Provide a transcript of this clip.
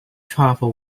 travel